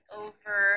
over